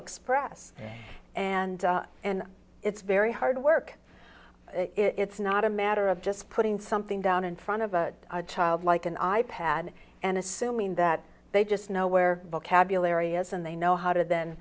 express and and it's very hard work it's not a matter of just putting something down in front of a child like an i pad and assuming that they just know where vocabulary is and they know how to th